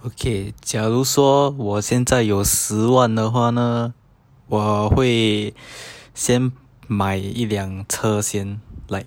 okay 假如说我现在有十万的话呢我会先买一辆车先来